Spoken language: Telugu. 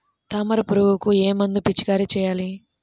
తామర పురుగుకు ఏ మందు పిచికారీ చేయాలి?